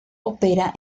opera